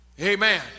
Amen